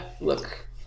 look